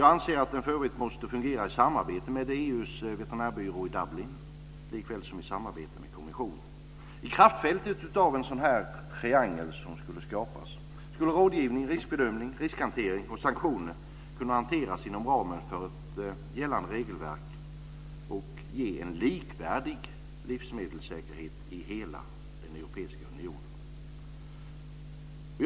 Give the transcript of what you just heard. Jag anser att den för övrigt måste fungera i samarbete med EU:s veterinärbyrå i Dublin likväl som i samarbete med kommissionen. I kraftfältet av den triangel som då skulle skapas skulle rådgivning, riskbedömning, riskhantering och sanktioner kunna hanteras inom ramen för ett gällande regelverk och ge en likvärdig livsmedelssäkerhet i hela den europeiska unionen.